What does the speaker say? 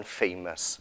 famous